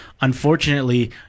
unfortunately